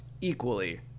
equally